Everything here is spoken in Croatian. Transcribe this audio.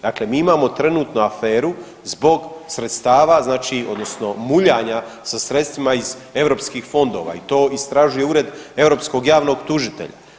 Dakle, mi imamo trenutno aferu zbog sredstava, odnosno muljanja sa sredstvima iz EU fondova i to istražuje Ured europskog javnog tužitelja.